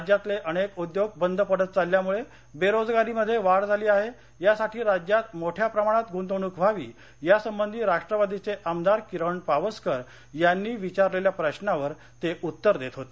राज्यातले अनेक उद्योग बंद पडत चालल्यामुळे बेरोजगारीमध्ये वाढ झाली आहे यासाठी राज्यात मोठ्या प्रमाणात गुंतवणूक व्हावी यासंबधी राष्ट्रवादीचे आमदार किरण पावसकर यांनी विचारलेल्या प्रश्नावर ते उत्तर देत होते